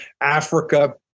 Africa